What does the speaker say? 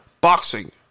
Boxing